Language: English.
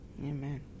Amen